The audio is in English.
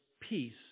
peace